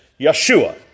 Yeshua